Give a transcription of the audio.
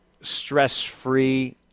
stress-free